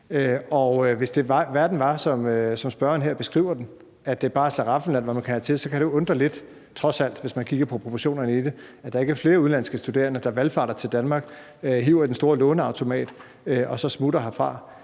Hvis verden var, som spørgeren her beskriver den, altså at det bare er et slaraffenland, når man kommer hertil, kan det undre lidt, trods alt, hvis man kigger på proportionerne i det, at der ikke er flere udenlandske studerende, der valfarter til Danmark, hiver i den store låneautomat og så smutter herfra